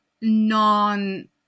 non